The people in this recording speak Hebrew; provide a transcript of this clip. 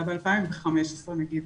אלא ב-2015 נגיד,